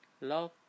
love